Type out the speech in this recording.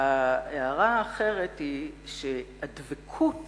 הערה שנייה היא שהדבקות